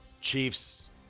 Chiefs